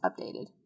updated